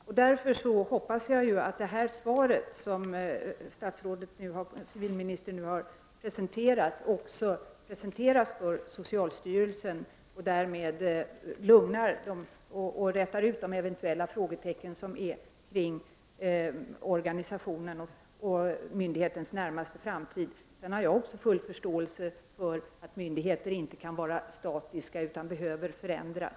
Jag hoppas därför att det svar som civilministern nu har givit mig också presenteras för socialstyrelsen och att man därigenom kan räta ut de eventuella frågetecken som kan finnas rörande organisationen och myndighetens närmaste framtid. Även jag har i och för sig full förståelse för att myndigheter inte kan vara statiska utan behöver förändras.